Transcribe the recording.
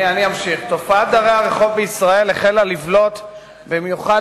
תופעת דרי הרחוב בישראל החלה לבלוט במיוחד